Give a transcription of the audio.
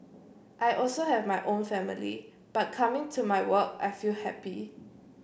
I also have my own family but coming to my work I feel happy